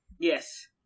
Yes